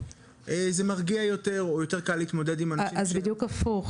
זה מרגיע יותר או יותר קל להתמודד --- בדיוק הפוך,